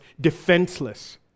defenseless